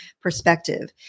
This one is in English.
perspective